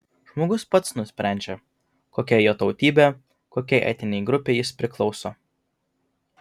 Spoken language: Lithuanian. žmogus pats nusprendžia kokia jo tautybė kokiai etninei grupei jis priklauso